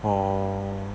oh